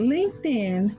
LinkedIn